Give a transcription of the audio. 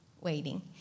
waiting